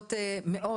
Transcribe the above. להודות מאוד,